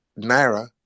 Naira